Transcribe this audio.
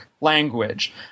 language